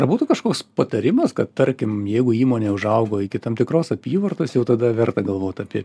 ar būtų kažkoks patarimas kad tarkim jeigu įmonė užaugo iki tam tikros apyvartos jau tada verta galvot apie